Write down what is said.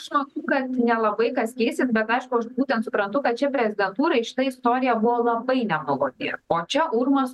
aš matau kad nelabai kas keisis bet aišku aš būtent suprantu kad čia prezidentūrai šita istorija buvo labai nemaloni o čia urmas